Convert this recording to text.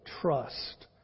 trust